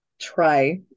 Try